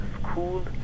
school